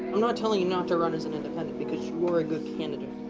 i'm not telling you not to run as an independent, because you are a good candidate,